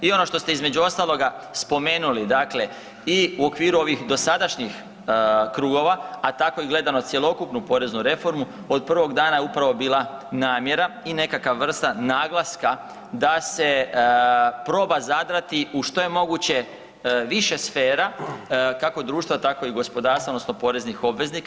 I ono što ste između ostaloga spomenuli i u okviru ovih dosadašnjih krugova, a tako i gledano cjelokupnu poreznu reformu od prvog dana upravo bila namjera i nekakva vrsta naglaska da se proba zadati u što je moguće više sfera kako društva, tako i gospodarstva odnosno poreznih obveznika.